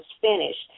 finished